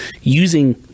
using